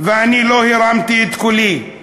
ואני לא הרמתי את קולי,